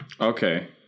Okay